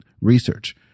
research